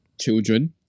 children